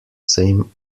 same